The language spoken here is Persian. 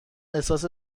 احساس